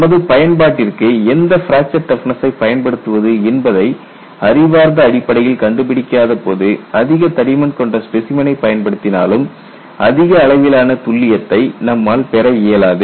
நமது பயன்பாட்டிற்கு எந்த பிராக்சர் டஃப்னஸ்சை பயன்படுத்துவது என்பதை அறிவார்ந்த அடிப்படையில் கண்டு பிடிக்காத போது அதிக தடிமன் கொண்ட ஸ்பெசிமனை பயன்படுத்தினாலும் அதிக அளவிலான துல்லியத்தை நம்மால் பெற இயலாது